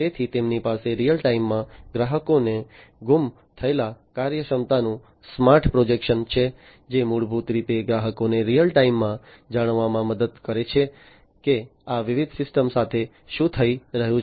તેથી તેમની પાસે રીઅલ ટાઇમમાં ગ્રાહકોને ગુમ થયેલ કાર્યક્ષમતાનું સ્માર્ટ પ્રોજેક્શન છે જે મૂળભૂત રીતે ગ્રાહકોને રીઅલ ટાઇમમાં જાણવામાં મદદ કરે છે કે આ વિવિધ સિસ્ટમો સાથે શું થઈ રહ્યું છે